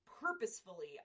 purposefully